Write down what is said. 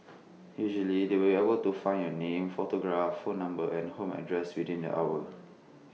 usually they will able to find your name photograph phone number and home address within the hour